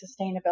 sustainability